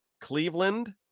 Cleveland